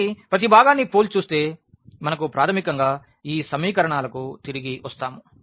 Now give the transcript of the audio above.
కాబట్టి ప్రతి భాగాన్ని పోల్చి చూస్తే మనకు ప్రాథమికంగా ఈ సమీకరణాలకు తిరిగి వస్తాము